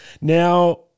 Now